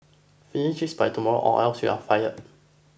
finish this by tomorrow or else you'll fired